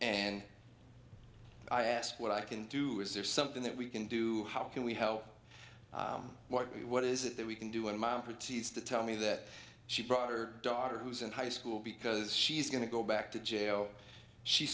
and i asked what i can do is there something that we can do how can we help what what is it that we can do in my pretties to tell me that she brought her daughter who's in high school because she's going to go back to jail she